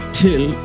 till